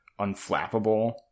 unflappable